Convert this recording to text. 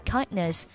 Kindness